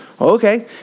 Okay